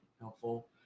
helpful